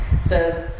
says